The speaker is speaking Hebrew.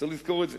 צריך לזכור את זה.